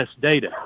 data